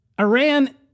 Iran